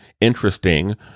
interesting